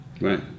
Right